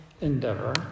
endeavor